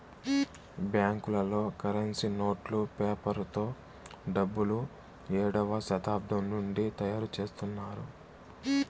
బ్యాంకులలో కరెన్సీ నోట్లు పేపర్ తో డబ్బులు ఏడవ శతాబ్దం నుండి తయారుచేత్తున్నారు